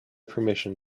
permission